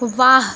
वाह